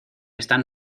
están